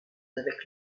avec